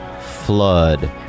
flood